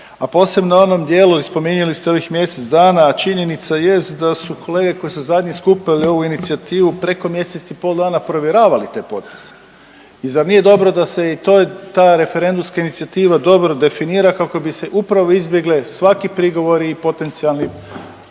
a posebno onom dijelu i spominjali ste ovih mjesec dana, a činjenica jest da su kolege koji su zadnji skupili ovu inicijativu preko mjesec i pol dana provjeravali te potpise i zar nije dobro da se i to je ta referendumska inicijativa dobro definira kako bi se upravo izbjegle svaki prigovori i potencijalni sumnje